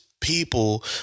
people